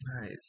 Nice